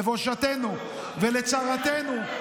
לבושתנו ולצרתנו.